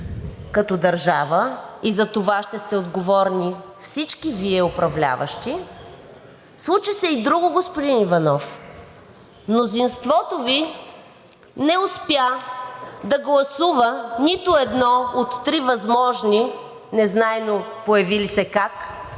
като държава и затова ще сте отговорни всички Вие, управляващи, случи се и друго, господин Иванов. Мнозинството Ви не успя да гласува нито едно от три възможни, незнайно как появили се,